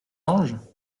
ange